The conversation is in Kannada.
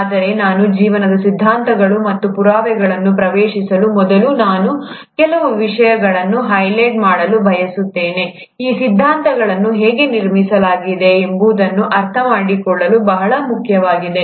ಆದರೆ ನಾನು ಜೀವನದ ಸಿದ್ಧಾಂತಗಳು ಮತ್ತು ಪುರಾವೆಗಳನ್ನು ಪ್ರವೇಶಿಸುವ ಮೊದಲು ನಾನು ಕೆಲವು ವಿಷಯಗಳನ್ನು ಹೈಲೈಟ್ ಮಾಡಲು ಬಯಸುತ್ತೇನೆ ಈ ಸಿದ್ಧಾಂತಗಳನ್ನು ಹೇಗೆ ನಿರ್ಮಿಸಲಾಗಿದೆ ಎಂಬುದನ್ನು ಅರ್ಥಮಾಡಿಕೊಳ್ಳಲು ಬಹಳ ಮುಖ್ಯವಾಗಿದೆ